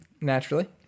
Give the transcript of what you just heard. Naturally